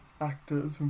actors